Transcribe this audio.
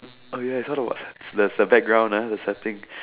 oh ya I saw the there's a background ah the setting